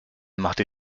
machte